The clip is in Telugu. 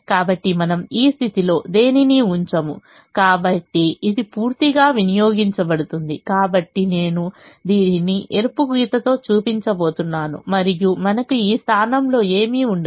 కాబట్టి మనము ఈ స్థితిలో దేనినీ ఉంచము కాబట్టి ఇది పూర్తిగా వినియోగించబడుతుంది కాబట్టి నేను దీనిని ఎరుపు గీతతో చూపించబోతున్నాను మరియు మనకు ఈ స్థానంలో ఏమీ ఉండదు